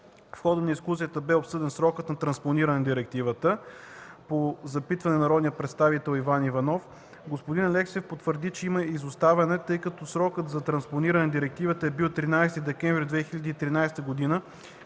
В хода на дискусията бе обсъден срокът за транспониране на директивата по запитване на народния представител Иван Иванов. Господин Алексиев потвърди, че има изоставане, тъй като срокът за транспониране на директивата е бил 13 декември 2013 г.